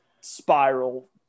spiral –